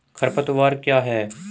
खरपतवार क्या है?